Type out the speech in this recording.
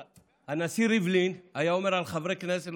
הנשיא ריבלין היה אומר על חברי כנסת,